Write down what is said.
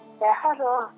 Hello